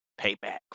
payback